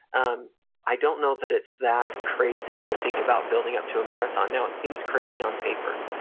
um i don't know that it's that crazy to think about building up to a marathon now it seems crazy on paper,